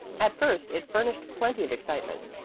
at first it furnished plenty of excitement.